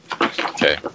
Okay